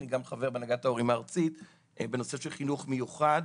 אני גם חבר בהנהגת ההורים הארצית בנושא של חינוך מיוחד,